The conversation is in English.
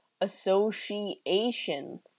Association